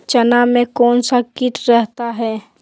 चना में कौन सा किट रहता है?